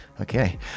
Okay